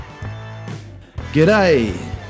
G'day